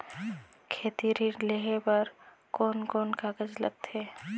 खेती ऋण लेहे बार कोन कोन कागज लगथे?